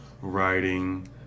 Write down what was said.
writing